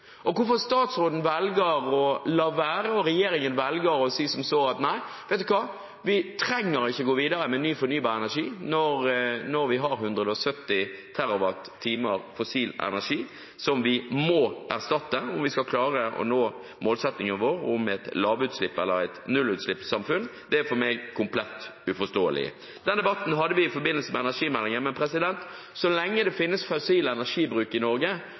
energi. Hvorfor statsråden og regjeringen velger å si at vet dere hva, vi trenger ikke å gå videre med fornybar energi, når vi har 170 TWh fossil energi som vi må erstatte om vi skal klare å nå målsettingen vår om et lav- eller nullutslippssamfunn, er for meg komplett uforståelig. Den debatten hadde vi i forbindelse med energimeldingen, men så lenge det finnes fossil energibruk i Norge,